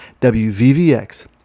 WVVX